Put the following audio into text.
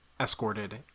escorted